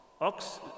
Ox